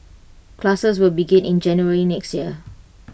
classes will begin in January next year